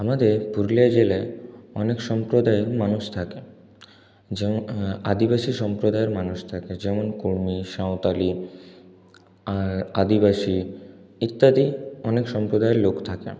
আমাদের পুরুলিয়া জেলায় অনেক সম্প্রদায়ের মানুষ থাকে যেমন আদিবাসী সম্প্রদায়ের মানুষ থাকে যেমন কুড়মি সাঁওতালি আদিবাসী ইত্যাদি অনেক সম্প্রদায়ের লোক থাকে